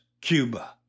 Cuba